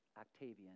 Octavian